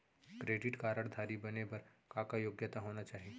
Credit card धारी बने बर का का योग्यता होना चाही?